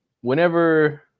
whenever